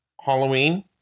Halloween